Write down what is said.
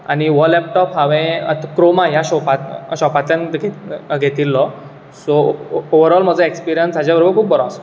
आनी वो लेपटोप हांवेन क्रोमा ह्या शोपा शॉपांतल्यान घेत घेतिल्लो सो ओवरल म्हाजो एक्सपिर्यन्स हाज्या बरोबर खूब बरो आसा